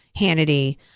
Hannity